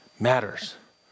matters